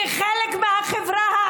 אני לא רוצה לקרוא אותך בקריאה